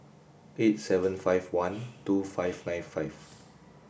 eight seven five one two five nine five